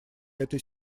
этой